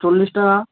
চল্লিশ টাকা